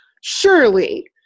surely